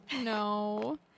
No